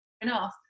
enough